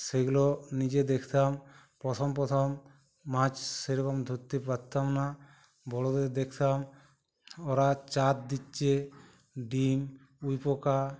সেইগুলো নিজে দেখতাম প্রথম প্রথম মাছ সেরকম ধরতে পারতাম না বড়োদের দেখতাম ওরা চার দিচ্ছে ডিম উইপোকা